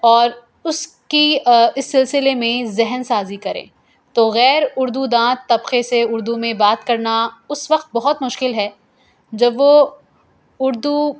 اور اس کی آ اس سلسلے میں ذہن سازی کریں تو غیر اردو داں طبقے سے اردو میں بات کرنا اس وقت بہت مشکل ہے جب وہ اردو